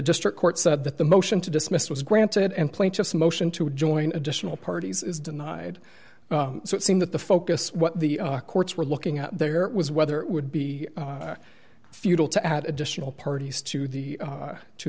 district court said that the motion to dismiss was granted and plaintiffs motion to join additional parties is denied so it seems that the focus what the courts were looking at there was whether it would be futile to add additional parties to the